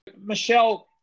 Michelle